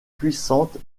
puissante